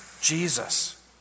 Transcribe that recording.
Jesus